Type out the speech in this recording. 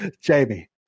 Jamie